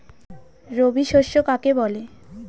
রবি শস্য কাকে বলে?